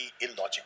illogical